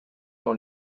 dans